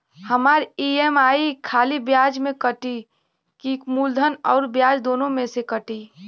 हमार ई.एम.आई खाली ब्याज में कती की मूलधन अउर ब्याज दोनों में से कटी?